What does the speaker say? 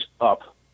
up